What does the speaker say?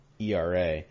ERA